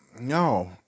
no